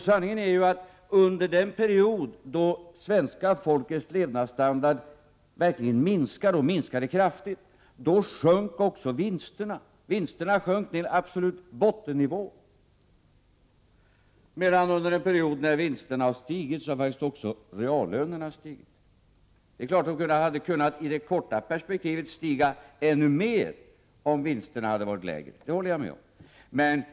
Sanningen är ju den att under den period då svenska folkets levnadsstandard minskade kraftigt, då sjönk också vinsterna till absolut bottennivå. Under en period då vinsterna har stigit har också reallönerna stigit. Det är klart att lönerna i det korta perspektivet hade kunnat stiga ännu mer, om vinsterna hade varit lägre. Det håller jag med om.